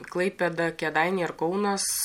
klaipėda kėdainiai ar kaunas